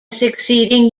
succeeding